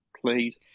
please